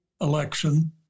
election